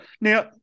Now